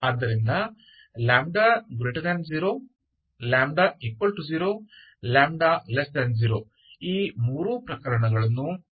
ಆದ್ದರಿಂದ λ0 λ0 λ0 ಈ ಮೂರು ಪ್ರಕರಣಗಳನ್ನು ಪರಿಗಣಿಸಬೇಕು